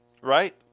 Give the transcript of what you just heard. right